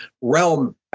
realm